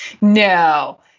No